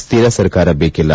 ಸ್ತಿರ ಸರ್ಕಾರ ದೇಕಿಲ್ಲ